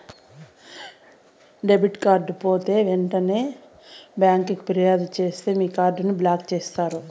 debit card పోతే ఎంటనే బ్యాంకికి ఫిర్యాదు సేస్తే మీ కార్డుని బ్లాక్ చేస్తారు